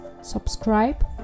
Subscribe